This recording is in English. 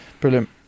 Brilliant